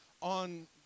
on